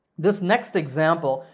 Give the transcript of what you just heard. this next example,